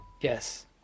Yes